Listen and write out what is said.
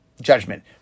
Judgment